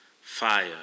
Fire